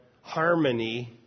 harmony